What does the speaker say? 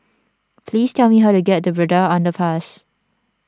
please tell me how to get to Braddell Underpass